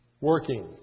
Working